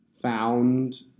found